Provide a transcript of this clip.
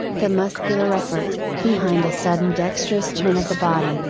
the muscular effort, behind a sudden dexterous turn of the body,